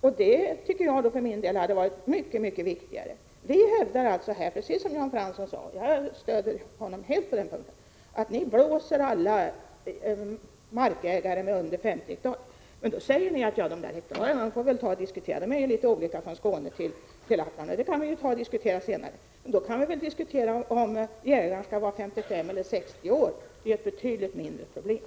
och det tycker jag för min del hade varit mycket viktigare. Vi hävdar precis som Jan Fransson — jag stöder honom helt — att ni blåser alla markägare som har en areal under 50 ha. Då säger ni att frågan om antalet hektar får diskuteras senare — det råder olika förhållanden i t.ex. Skåne och Lappland. Men då kan vi väl också diskutera om jägarna skall var 55 eller 60 år. Det är ett betydligt mindre problem.